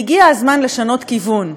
והגיע הזמן לשנות כיוון,